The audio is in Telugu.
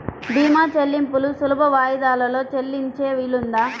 భీమా చెల్లింపులు సులభ వాయిదాలలో చెల్లించే వీలుందా?